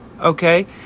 okay